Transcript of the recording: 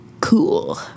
Cool